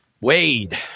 Wade